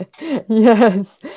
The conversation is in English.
Yes